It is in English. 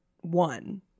one